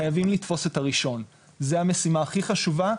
חייבים לתפוס את הראשון, זה מהשימה הכי חשובה,